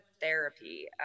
therapy